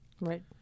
Right